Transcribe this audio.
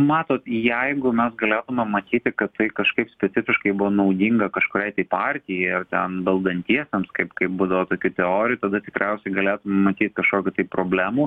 matot jeigu mes galėtume matyti kad tai kažkaip specifiškai buvo naudinga kažkuriai tai partijai ar ten valdantiesiems kaip kaip būdavo tokių teorijų tada tikriausiai galėtumėm matyt kažkokių tai problemų